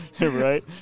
Right